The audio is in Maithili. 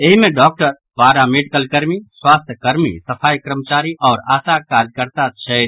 एहि मे डॉक्टर पारा मेडिकल कर्मी स्वास्थ्य कर्मी सफाई कर्मचारी आओर आशा कार्यकर्ता छथि